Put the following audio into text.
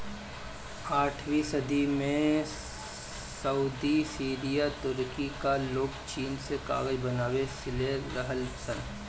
आठवीं सदी में सऊदी, सीरिया, तुर्की कअ लोग चीन से कागज बनावे सिले रहलन सन